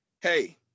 hey